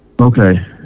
Okay